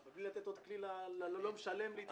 אבל בלי לתת עוד כלי ללא משלם להתחמק.